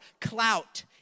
clout